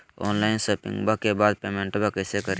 Online शोपिंग्बा के बाद पेमेंटबा कैसे करीय?